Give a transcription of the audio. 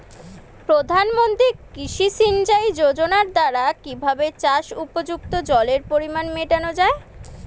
প্রধানমন্ত্রী কৃষি সিঞ্চাই যোজনার দ্বারা কিভাবে চাষ উপযুক্ত জলের প্রয়োজন মেটানো য়ায়?